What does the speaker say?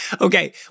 Okay